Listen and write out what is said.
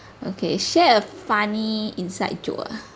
okay share a funny inside joke ah